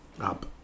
up